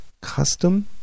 custom